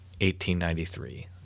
1893